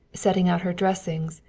setting out her dressings,